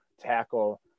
tackle